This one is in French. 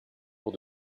pour